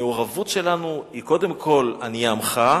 המעורבות שלנו היא, קודם כול עניי עמך,